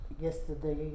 yesterday